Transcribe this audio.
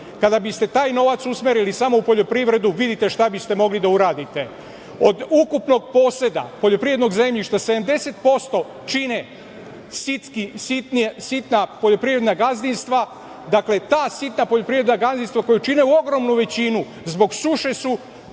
Kada biste taj novac usmerili samo u poljoprivredu, vidite šta biste mogli da uradite. Od ukupnog poseda poljoprivrednog zemljišta 70% čine sitna poljoprivredna gazdinstva koja čine ogromnu većinu zbog suše su